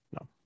No